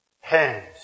hands